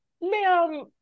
ma'am